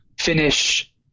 finish